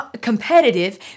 competitive